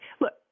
look